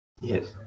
Yes